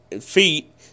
feet